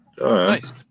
Nice